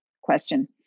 question